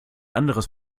anderes